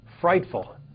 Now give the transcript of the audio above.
frightful